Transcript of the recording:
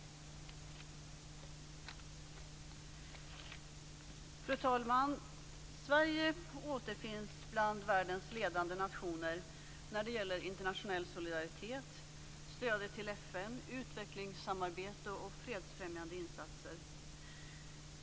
Sverige återfinns bland världens ledande nationer när det gäller internationell solidaritet, stödet till FN, utvecklingssamarbete och fredsfrämjande insatser.